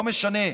לא משנה,